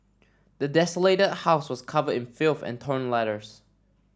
the desolated house was covered in filth and torn letters